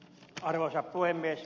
arvoisa puhemies